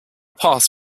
past